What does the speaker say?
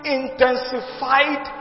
intensified